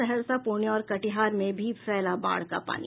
सहरसा पूर्णिया और कटिहार में भी फैला बाढ़ का पानी